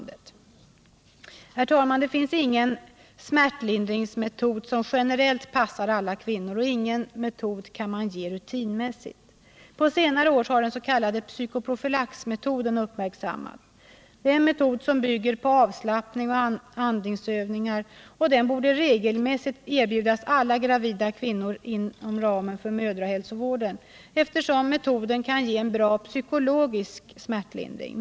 Det finns ingen smärtlindringsmetod som generellt passar alla kvinnor och ingen metod kan ges rutinmässigt. På senare år har den s.k. psykoprofylaxmetoden uppmärksammats. Denna metod, som bygger på avslappning och andningsövningar, borde regelmässigt erbjudas alla gravida kvinnor inom ramen för mödrahälsovården, eftersom metoden kan ge en bra psykologisk smärtlindring.